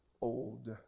old